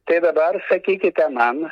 tai dabar sakykite man